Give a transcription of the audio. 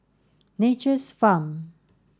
Nature's Farm